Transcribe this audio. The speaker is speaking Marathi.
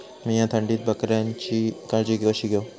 मीया थंडीत बकऱ्यांची काळजी कशी घेव?